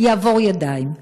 יעבור ידיים.